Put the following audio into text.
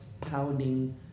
pounding